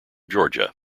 georgia